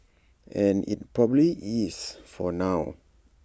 and IT probably is for now